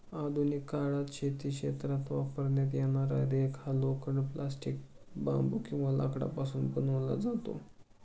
आधुनिक काळात शेती क्षेत्रात वापरण्यात येणारा रेक हा लोखंड, प्लास्टिक, बांबू किंवा लाकडापासून बनवतात